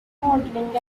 modeling